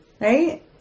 right